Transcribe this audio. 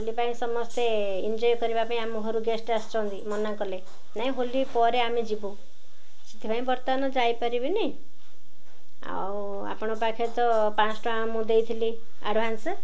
ହୋଲି ପାଇଁ ସମସ୍ତେ ଏଞ୍ଜୟ କରିବା ପାଇଁ ଆମ ଘରକୁ ଗେଷ୍ଟ ଆସିଛନ୍ତି ମନା କଲେ ନାଇଁ ହୋଲି ପରେ ଆମେ ଯିବୁ ସେଥିପାଇଁ ବର୍ତ୍ତମାନ ଯାଇପାରିବିନି ଆଉ ଆପଣଙ୍କ ପାଖରେ ତ ପାଁଶ ଟଙ୍କା ମୁଁ ଦେଇଥିଲି ଆଡ଼ଭାନ୍ସ